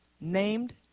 named